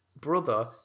brother